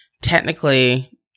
technically